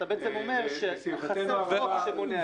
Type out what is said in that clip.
אתה אומר למעשה שחסר חוק שמונע את זה.